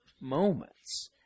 moments